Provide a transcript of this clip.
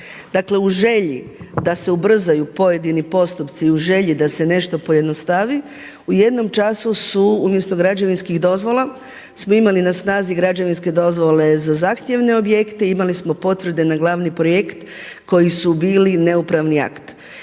Dakle, u želji da se ubrzaju pojedini postupci, u želji da se nešto pojednostavi u jednom času su umjesto građevinskih dozvola smo imali na snazi građevinske dozvole za zahtjevne objekte, imali smo potvrde na glavni projekt koji su bili neupravni akt.